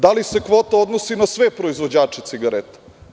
Da li se kvota odnosi na sve proizvođače cigareta.